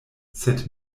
sed